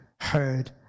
heard